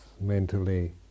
mentally